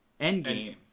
Endgame